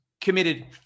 committed